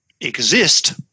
exist